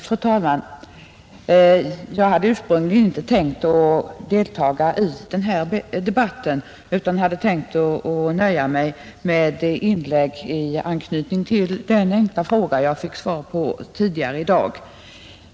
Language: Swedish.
Fru talman! Jag hade ursprungligen inte tänkt delta i den här debatten utan hade tänkt nöja mig med det inlägg jag gjorde tidigare i dag i anslutning till svaret på min enkla fråga.